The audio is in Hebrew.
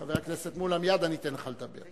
חבר הכנסת מולה, מייד אני אתן לך לדבר.